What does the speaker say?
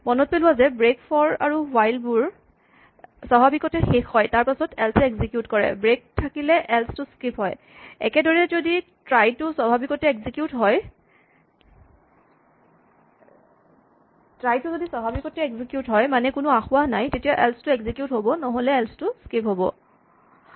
মনত পেলোৱা যে ব্ৰেক ফৰ আৰু হুৱাইল বোৰ স্বাভাৱিকভাৱে শেষ হয় তাৰপাছত এল্চ টো এক্সিকিউট কৰে ব্ৰেক থাকিলে এল্চ টো স্কিপ হয় একেদৰে যদি ট্ৰাই টো স্বাভাৱিকভাৱে এক্সিকিউট হয় মানে কোনো আসোঁৱাহ নাই তেতিয়া এল্চ টো এক্সিকিউট হ'ব নহ'লে এল্চ টো স্কিপ হ'ব